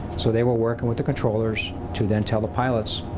so they were working with the controllers to then tell the pilots,